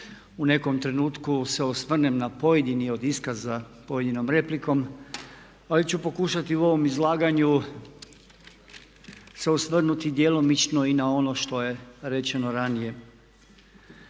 u nekom trenutku se osvrnem na pojedine od iskaza pojedinom replikom ali ću pokušati u ovom izlaganju se osvrnuti djelomično i na ono što je rečeno ranije.